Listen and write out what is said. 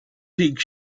peak